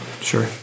sure